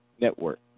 Network